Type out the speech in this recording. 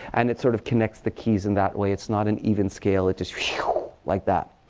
and it sort of connects the keys in that way. it's not an even scale. it just schwoo like that.